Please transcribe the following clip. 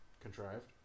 Contrived